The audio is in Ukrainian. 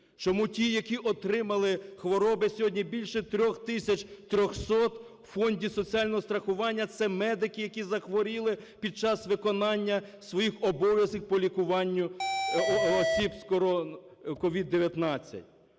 Чому ті, які отримали хвороби… Сьогодні більше 3 тисяч 300 в Фонді соціального страхування – це медики, які захворілі під час виконання своїх обов'язків по лікуванню осіб з COVID-19.